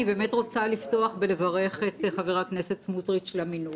אני באמת רוצה לפתוח בלברך את חבר הכנסת סמוטריץ' על המינוי.